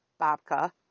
Babka